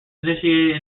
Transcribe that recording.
initiated